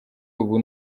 ubu